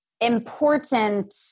important